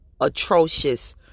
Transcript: atrocious